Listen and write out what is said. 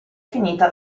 finita